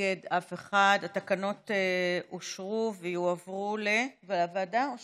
תקנות סמכויות מיוחדות להתמודדות עם נגיף הקורונה